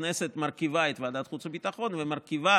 הכנסת מרכיבה את ועדת החוץ והביטחון ומרכיבה